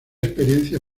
experiencia